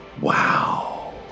Wow